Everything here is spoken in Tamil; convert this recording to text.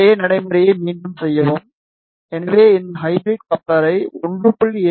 அதே நடைமுறையை மீண்டும் செய்யவும் எனவே இந்த ஹைப்ரிட் கப்ளரை 1